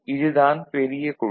இது தான் பெரிய குழு